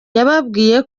yababwiye